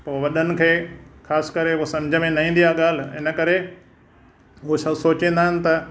पोइ वॾनि खे ख़ासि करे उहो सम्झ में न ईंदी आहे ॻाल्हि इन करे उहो छा सोचींदा आहिनि त